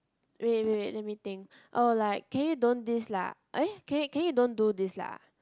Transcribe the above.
wait wait wait let me think oh like can you don't this lah eh can you can you can you don't do this lah